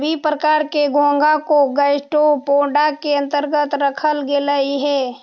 सभी प्रकार के घोंघा को गैस्ट्रोपोडा के अन्तर्गत रखल गेलई हे